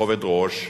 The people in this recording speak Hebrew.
בכובד ראש,